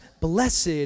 blessed